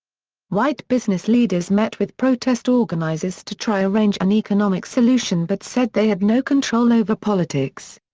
white business leaders met with protest organizers to try arrange an economic solution but said they had no control over politics.